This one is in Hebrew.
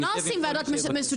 אתם לא עושים ועדות משותפות,